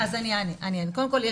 קודם כול,